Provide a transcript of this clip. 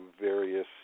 various